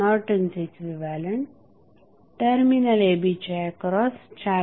Norton's equivalent terminal a b च्या across 4